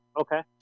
Okay